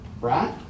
Right